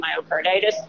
myocarditis